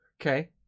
Okay